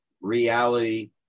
reality